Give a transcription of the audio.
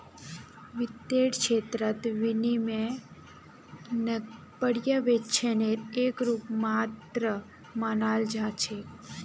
वित्तेर क्षेत्रत विनियमनक पर्यवेक्षनेर एक रूप मात्र मानाल जा छेक